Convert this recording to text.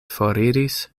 foriris